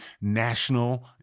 national